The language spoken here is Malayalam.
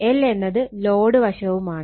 L എന്നത് ലോഡ് വശവുമാണ്